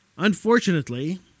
Unfortunately